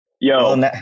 Yo